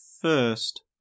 first